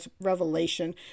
revelation